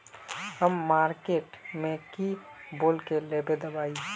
हम मार्किट में की बोल के लेबे दवाई?